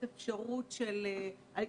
מצד המשפחות שלהם.